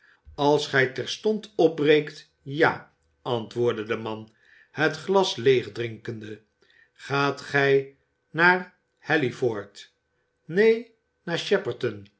als gij terstond opbreekt ja antwoordde de man het glas leegdrinkende gaat gij naar halliford neen